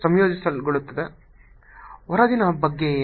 ಹೊರಗಿನ ಬಗ್ಗೆ ಏನು